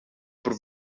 per